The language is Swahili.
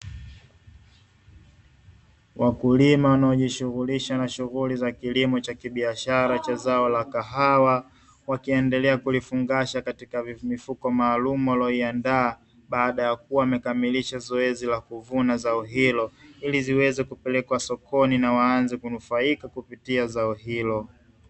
Wakulima wanaojishughulisha na shughuli za kilimo cha kibiashara cha zao la kahawa, wakiendelea kulifungasha katika mifuko maalumu waliyoiandaa, baada ya kuwa wamekamilisha zoezi la kuvuna zao hilo; ili ziweze kupelekwa sokoni na waanze kunufaika kupitia zao hilo.